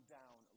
down